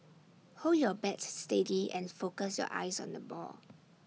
hold your bat steady and focus your eyes on the ball